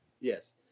Yes